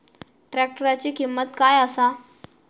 ट्रॅक्टराची किंमत काय आसा?